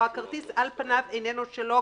או הכרטיס על פניו איננו שלו,